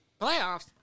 Playoffs